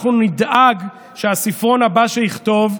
אנחנו נדאג שהספרון הבא שיכתוב,